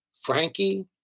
Frankie